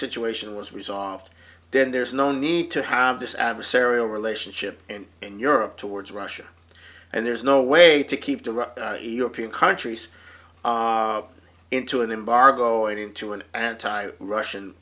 situation was resolved then there's no need to have this adversarial relationship and in europe towards russia and there's no way to keep the european countries into an embargo and into an anti russian